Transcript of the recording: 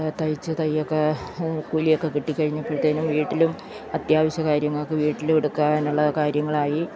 തയ്ച്ച് തയ്ക്കുകയൊക്കെ കൂലിയൊക്കെ കിട്ടിക്കഴിഞ്ഞപ്പോഴത്തേക്കും വീട്ടിലും അത്യാവശ്യം കാര്യങ്ങൾക്ക് വീട്ടിലും എടുക്കാനുള്ള കാര്യങ്ങളായി